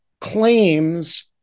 claims